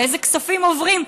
ואילו כספים עוברים.